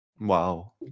Wow